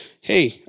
hey